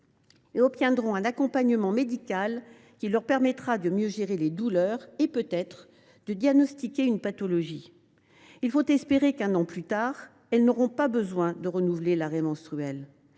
et obtiendront un accompagnement médical qui leur permettra de mieux gérer les douleurs et, peut être, de diagnostiquer une pathologie. Il faut espérer qu’un an plus tard, elles n’auront pas besoin de renouveler l’arrêt menstruel.